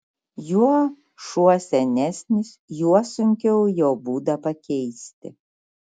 juo šuo senesnis juo sunkiau jo būdą pakeisti